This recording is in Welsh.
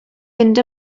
mynd